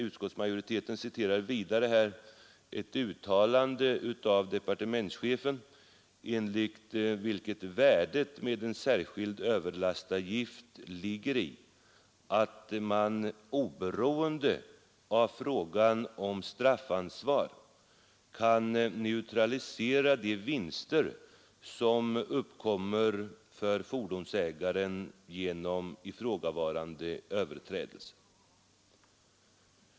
Utskottsmajoriteten citerar vidare ett uttalande av departementschefen, enligt vilket värdet med en särskild överlastavgift ligger i att man oberoende av frågan om straffansvar kan neutralisera de vinster som uppkommer för fordonsägaren genom ifrågavarande överträdelser.